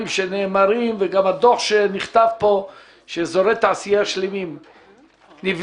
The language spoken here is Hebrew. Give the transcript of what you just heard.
שנאמרים וגם הדוח שנכתב לעל אזורי תעשייה שלמים שנבנים,